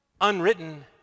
Unwritten